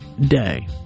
day